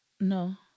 No